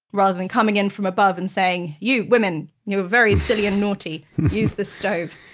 rather than coming in from above and saying, you women, you're very silly and naughty. use this stove.